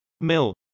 Mill